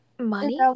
money